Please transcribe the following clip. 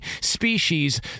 species